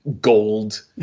gold